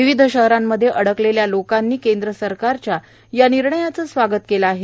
विविध शहरांमध्ये अडकलेल्या लोकांनी केंद्र सरकारच्या या निर्णयाचं स्वागत केलं आहे